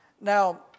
Now